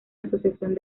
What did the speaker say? asociación